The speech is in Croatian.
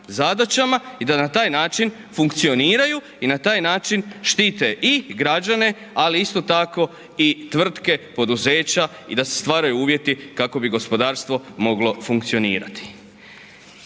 i da na taj način funkcioniraju i na taj način štite i građane, ali isto tako i tvrtke, poduzeća i da se stvaraju uvjeti kako bi gospodarstvo moglo funkcionirati.